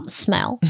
smell